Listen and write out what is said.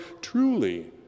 truly